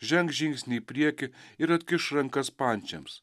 žengs žingsnį į priekį ir atkiš rankas pančiams